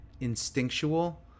instinctual